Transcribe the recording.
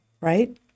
right